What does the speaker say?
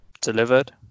delivered